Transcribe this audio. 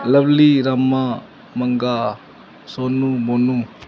Lovely Rama Manga Sonu Monu